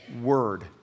word